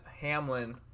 Hamlin